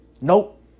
Nope